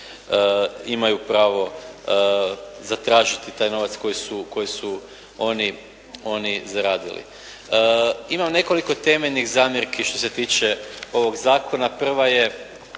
imaju pravo zatražiti taj novac koji su oni zaradili. Imam nekoliko temeljnih zamjerki što se tiče ovog zakona. Prva je